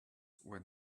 when